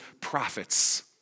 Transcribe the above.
prophets